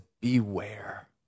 beware